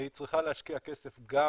והיא צריכה להשקיע כסף גם